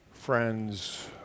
Friends